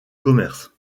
commerce